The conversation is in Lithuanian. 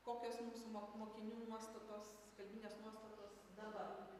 kokios mūsų mok mokinių nuostatos kalbinės nuostatos dabar